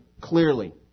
clearly